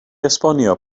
esbonio